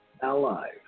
alive